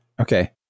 Okay